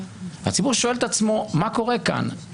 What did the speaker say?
הציבור שואל את עצמו, מה קורה כאן?